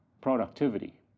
productivity